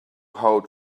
how